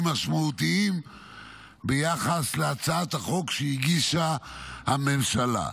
משמעותיים ביחס להצעת החוק שהגישה הממשלה.